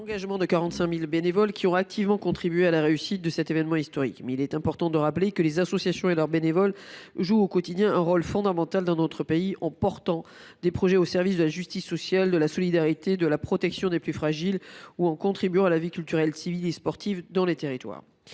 l’implication des 45 000 volontaires qui ont activement contribué à la réussite de cet événement historique. Or il est important de rappeler que les associations et leurs bénévoles jouent au quotidien un rôle fondamental dans notre pays en soutenant des projets au service de la justice sociale, de la solidarité et de la protection des plus fragiles ou en contribuant à la vie culturelle, civique et sportive dans les territoires.